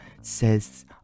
says